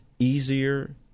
Easier